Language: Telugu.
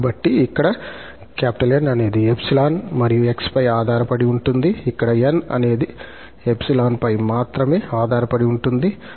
కాబట్టి ఇక్కడ 𝑁 అనేది 𝜖 మరియు 𝑥 పై ఆధారపడి ఉంటుంది ఇక్కడ 𝑁 అనేది 𝜖 పై మాత్రమే ఆధారపడి ఉంటుంది